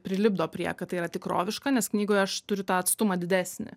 prilipdo prie kad tai yra tikroviška nes knygoje aš turiu tą atstumą didesnį